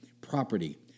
property